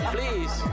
Please